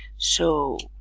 so,